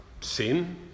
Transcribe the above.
sin